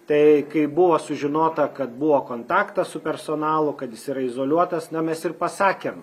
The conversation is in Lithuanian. tai kai buvo sužinota kad buvo kontaktas su personalu kad jis yra izoliuotas na mes ir pasakėm